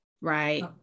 right